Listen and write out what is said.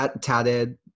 Tatted